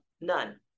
none